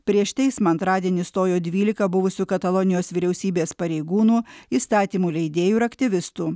prieš teismą antradienį stojo dvylika buvusių katalonijos vyriausybės pareigūnų įstatymų leidėjų ir aktyvistų